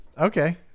okay